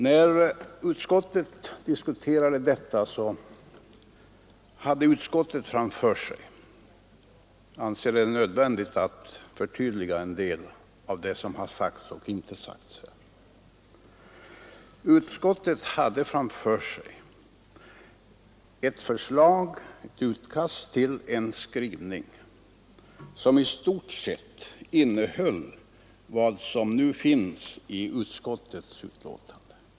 När utskottet diskuterade detta hade utskottet framför sig — jag anser det nödvändigt att förtydliga en del av det som har sagts och som inte har sagts här — ett utkast till en skrivning, som i stort sett innehöll vad som nu finns i utskottets betänkande.